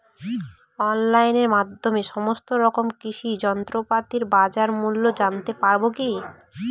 অনলাইনের মাধ্যমে সমস্ত রকম কৃষি যন্ত্রপাতির বাজার মূল্য জানতে পারবো কি?